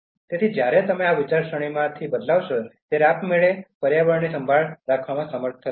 તેથી જ્યારે તમે આ વિચારસરણીમાં બદલાવશો ત્યારે આપમેળે પર્યાવરણની સંભાળ રાખવામાં સમર્થ થશો